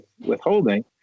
withholding